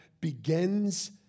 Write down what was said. begins